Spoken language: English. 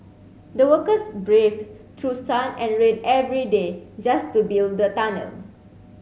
the workers braved through sun and rain every day just to build the tunnel